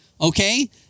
okay